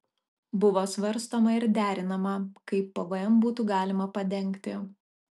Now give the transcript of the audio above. buvo svarstoma ir derinama kaip pvm būtų galima padengti